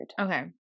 okay